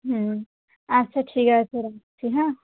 হুম আচ্ছা ঠিক আছে রাখছি হ্যাঁ